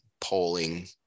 polling